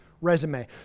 resume